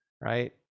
Right